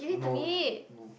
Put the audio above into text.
no no